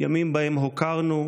ימים שבהם הוקרנו,